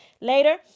later